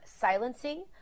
silencing